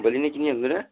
भोलि नै किनिहाल्नु र